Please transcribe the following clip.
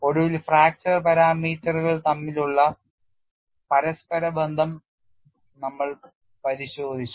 ഒടുവിൽ ഫ്രാക്ചർ പാരാമീറ്ററുകൾ തമ്മിലുള്ള പരസ്പരബന്ധം നമ്മൾ പരിശോധിച്ചു